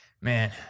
Man